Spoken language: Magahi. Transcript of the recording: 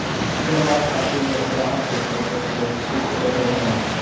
जमा खाते में ग्राहक के पैसा सुरक्षित रहो हइ